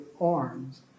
arms